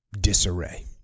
Disarray